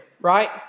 Right